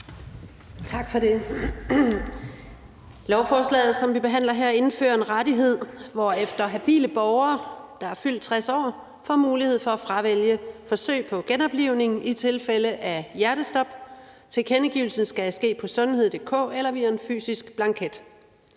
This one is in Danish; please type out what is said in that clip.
Tak for det.